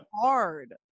hard